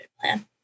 plan